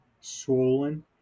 swollen